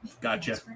Gotcha